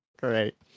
Great